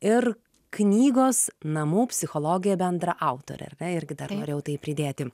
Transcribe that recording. ir knygos namų psichologija bendraautorė irgi dar norėjau tai pridėti